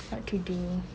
what to do